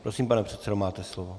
Prosím, pane předsedo, máte slovo.